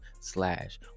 slash